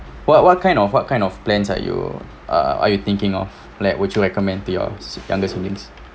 what what kind of what kind of plans are you uh are you thinking of like would you recommend to your youngest siblings